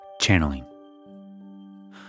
channeling